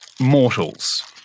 mortals